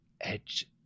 edge